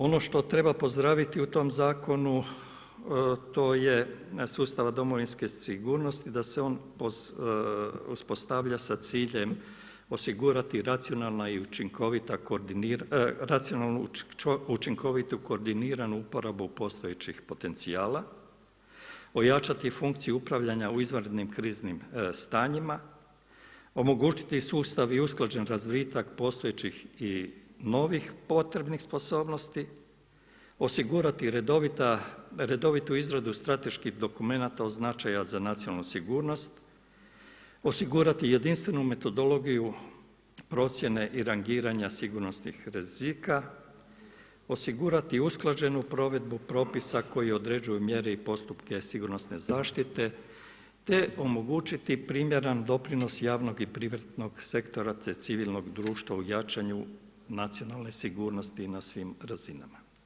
Ono što treba pozdraviti u tom zakonu to je sustava domovinske sigurnosti da se on uspostavlja sa ciljem osigurati racionalnu, učinkovitu, koordiniranu uporabu postojećih potencijala, ojačati funkciju upravljanja u izvanrednim kriznim stanjima, omogućiti sustav i usklađeni razvitak postojećih i novih potrebnih sposobnosti, osigurati redovitu izradu strateških dokumenata od značaja za nacionalnu sigurnost, osigurati jedinstvenu metodologiju procjene i rangiranja sigurnosnih rizika, osigurati usklađenu provedbu propisa koji određuju mjere i postupke sigurnosne zaštite te omogućiti primjeran doprinos javnog i privatnog sektora te civilnog društva u jačanju nacionalne sigurnosti na svim razinama.